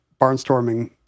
barnstorming